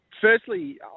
Firstly